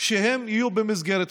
שהם יהיו במסגרת חינוכית.